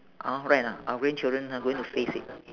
hor right or not our grandchildren ha going to face it